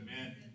Amen